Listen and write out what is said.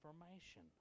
information